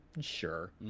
sure